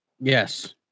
Yes